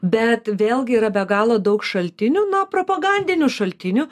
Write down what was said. bet vėlgi yra be galo daug šaltinių na propagandinių šaltinių